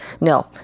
no